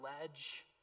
ledge